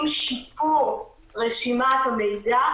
עם שיפור רשימת המידע,